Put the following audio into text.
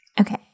Okay